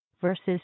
verses